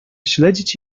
śledzić